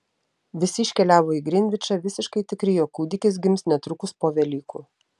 visi iškeliavo į grinvičą visiškai tikri jog kūdikis gims netrukus po velykų